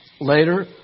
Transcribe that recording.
later